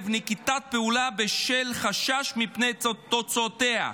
נקיטת פעולה בשל חשש מפני תוצאותיה.